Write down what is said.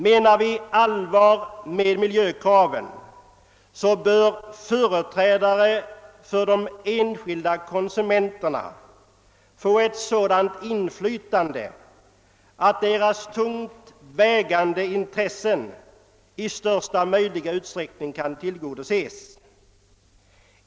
Menar vi allvar med miljökraven, bör företrädare för de enskilda konsumenterna få ett sådant inflytande, att deras tungt vägande intressen i största möjliga utsträckning kan tillgodoses.